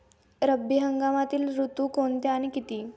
रब्बी हंगामातील ऋतू कोणते आणि किती?